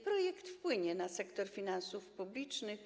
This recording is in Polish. Projekt wpłynie na sektor finansów publicznych.